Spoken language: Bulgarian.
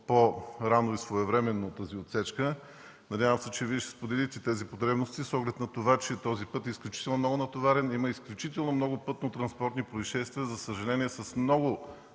по-рано и своевременно тази отсечка. Надявам се, че Вие ще споделите тези потребности с оглед на това, че този път е изключително много натоварен, има изключително много пътно-транспортни произшествия, за съжаление с много,